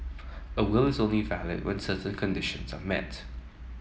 a will is only valid when certain conditions are met